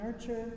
nurture